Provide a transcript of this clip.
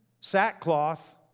sackcloth